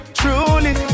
truly